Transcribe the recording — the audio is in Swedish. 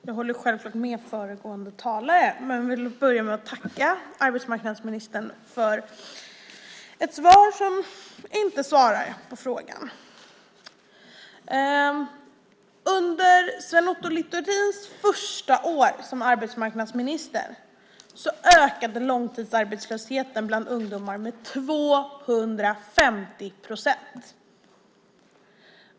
Fru talman! Jag håller självklart med föregående talare men vill börja med att tacka arbetsmarknadsministern för ett svar som inte svarar på frågan. Under Sven Otto Littorins första år som arbetsmarknadsminister ökade långtidsarbetslösheten bland ungdomar med 250 procent.